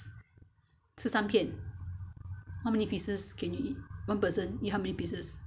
how many pieces can you eat one person eat how many pieces cause I only have three pieces in the fridge